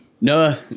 No